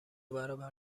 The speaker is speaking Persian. برابر